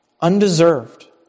Undeserved